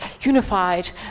unified